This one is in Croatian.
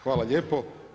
Hvala lijepo.